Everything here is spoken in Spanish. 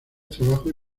trabajos